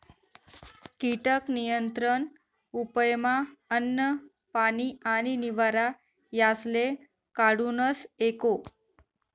कीटक नियंत्रण उपयमा अन्न, पानी आणि निवारा यासले काढूनस एको